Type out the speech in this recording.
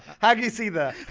how can you see that?